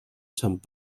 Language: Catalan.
sant